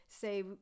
say